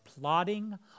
plotting